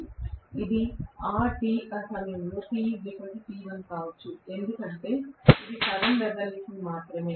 ఇది ఆ సమయంలో tt1 కావచ్చు ఎందుకంటే ఇది సగం రెవల్యూషన్ మాత్రమే